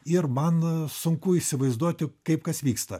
ir man sunku įsivaizduoti kaip kas vyksta